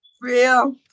Real